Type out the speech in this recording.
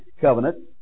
covenant